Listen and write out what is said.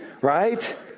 right